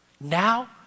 now